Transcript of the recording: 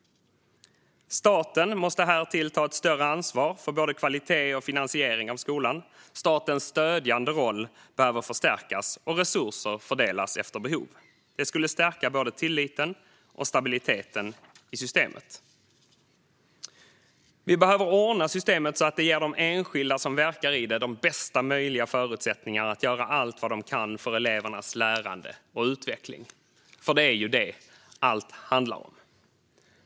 Staten måste härtill ta ett större ansvar för både kvalitet i och finansiering av skolan. Statens stödjande roll behöver förstärkas och resurser fördelas efter behov. Det skulle stärka både tilliten och stabiliteten i systemet. Vi behöver ordna systemet så att det ger de enskilda som verkar i det bästa möjliga förutsättningar att göra allt vad de kan för elevernas lärande och utveckling. För det är ju det allt handlar om.